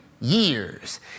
years